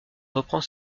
reprend